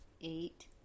eight